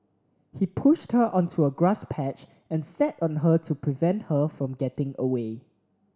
he pushed her onto a grass patch and sat on her to prevent her from getting away